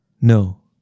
No